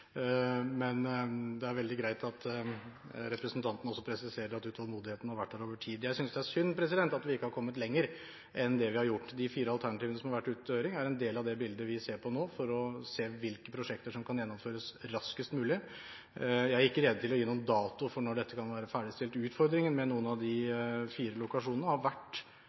men det er veldig greit at representanten også presiserer at utålmodigheten har vært der over tid. Jeg synes det er synd at vi ikke har kommet lenger enn det vi har gjort. De fire alternativene som har vært ute på høring, er en del av det bildet vi ser på nå for å se hvilke prosjekter som kan gjennomføres raskest mulig. Jeg er ikke rede til å gi noen dato for når dette kan være ferdigstilt. Utfordringen med noen av de fire lokasjonene har vært